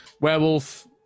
werewolf